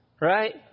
right